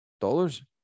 dollars